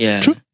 True